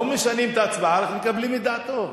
לא משנים את ההצבעה, רק מקבלים את דעתו.